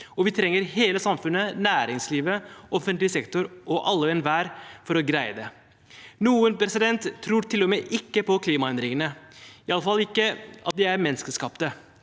vi trenger hele samfunnet, næringslivet, offentlig sektor og alle og enhver for å greie det. Noen tror til og med ikke på klimaendringene, iallfall ikke at de er menneskeskapt.